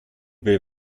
will